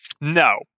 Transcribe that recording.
No